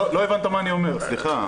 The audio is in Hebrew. לא הבנת מה אני אומר, סליחה.